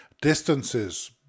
distances